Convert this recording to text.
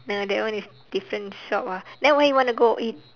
no that one is different shop ah then where you want to go eat